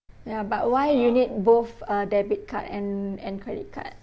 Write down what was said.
ya but why you need both uh debit card and and credit card